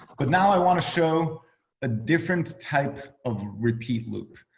but now i want to show a different type of repeat loop.